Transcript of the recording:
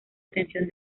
atención